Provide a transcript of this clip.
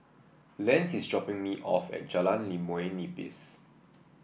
Lance is dropping me off at Jalan Limau Nipis